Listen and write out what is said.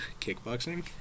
Kickboxing